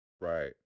Right